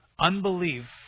Unbelief